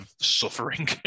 suffering